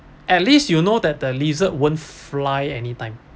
at least you know that the lizard won't fly anytime